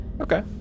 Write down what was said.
Okay